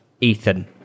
Ethan